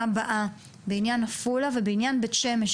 הבאה בעניין עפולה ובעניין בית שמש,